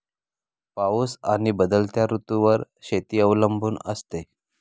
पाऊस आणि बदलत्या ऋतूंवर शेती अवलंबून असते